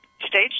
Stage